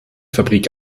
fabrik